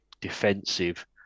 defensive